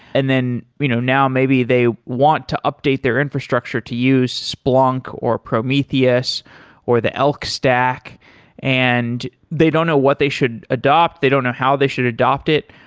and then you know now maybe they want to update their infrastructure to use splunk or prometheus or the elk stack and they don't know what they should adopted. they don't know how they should adopt it.